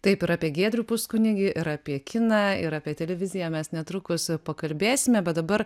taip ir apie giedrių puskunigį ir apie kiną ir apie televiziją mes netrukus pakalbėsime bet dabar